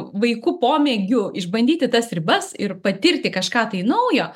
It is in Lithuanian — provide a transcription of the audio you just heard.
vaikų pomėgiu išbandyti tas ribas ir patirti kažką tai naujo